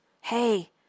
Hey